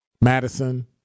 Madison